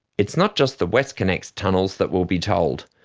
it's not just the westconnex tunnels that will be tolled.